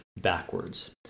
backwards